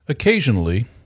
Occasionally